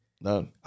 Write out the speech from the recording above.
None